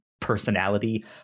personality